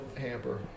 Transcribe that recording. hamper